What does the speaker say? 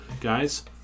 guys